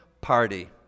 Party